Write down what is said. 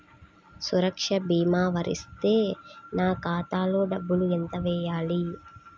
సురక్ష భీమా వర్తిస్తే నా ఖాతాలో డబ్బులు ఎంత వేయాలి?